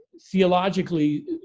theologically